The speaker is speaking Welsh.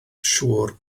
siŵr